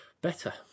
better